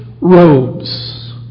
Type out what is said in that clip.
robes